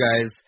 guys